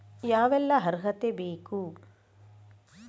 ಯಾವೆಲ್ಲ ಅರ್ಹತೆ ಬೇಕು?